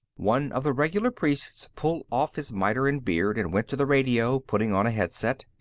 one of the regular priests pulled off his miter and beard and went to the radio, putting on a headset.